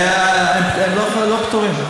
הם לא פטורים.